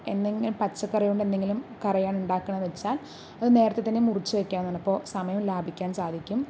എന്തെങ്കിലും പച്ചക്കറി കൊണ്ട് എന്തെങ്കിലും കറിയാണ് ഉണ്ടാക്കണമെന്നു വച്ചാൽ അതു നേരത്തെ തന്നെ മുറിച്ചു വയ്ക്കാവുന്നതാണ് അപ്പോൾ സമയം ലാഭിക്കാൻ സാധിക്കും